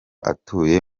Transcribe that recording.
atuye